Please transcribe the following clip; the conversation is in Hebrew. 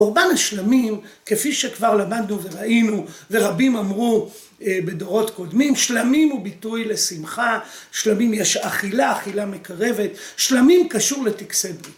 ‫קורבן השלמים, כפי שכבר למדנו ‫וראינו ורבים אמרו בדורות קודמים, ‫שלמים הוא ביטוי לשמחה, ‫שלמים יש אכילה, אכילה מקרבת. ‫שלמים קשור לטקסי ברית.